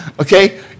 Okay